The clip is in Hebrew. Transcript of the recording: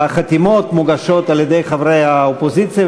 החתימות מוגשות על-ידי חברי האופוזיציה,